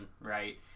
right